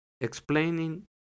Explaining